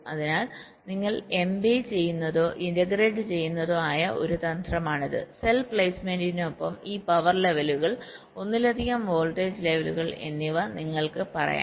അതിനാൽ നിങ്ങൾ എംബേയ് ചെയ്യുന്നതോ ഇന്റഗ്രേറ്റ് ചെയ്യുന്നതോ ആയ ഒരു തന്ത്രമാണിത് സെൽ പ്ലേസ്മെന്റിനൊപ്പം ഈ പവർ ലെവലുകൾ ഒന്നിലധികം വോൾട്ടേജ് ലെവലുകൾ എന്നിവ നിങ്ങൾക്ക് പറയാം